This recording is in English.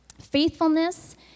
faithfulness